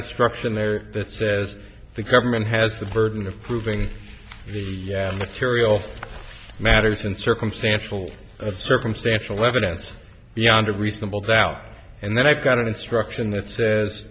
instruction there that says the government has the burden of proving the material matters and circumstantial circumstantial evidence beyond reasonable doubt and then i've got an instruction that says